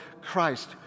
Christ